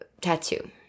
tattoo